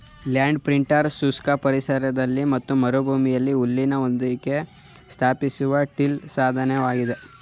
land printer ಶುಷ್ಕ ಪರಿಸರದಲ್ಲಿ ಮತ್ತು ಮರುಭೂಮಿಲಿ ಹುಲ್ಲಿನ ಹೊದಿಕೆ ಸ್ಥಾಪಿಸುವ ಟಿಲ್ ಸಾಧನವಾಗಿದೆ